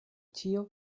ĉio